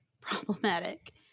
problematic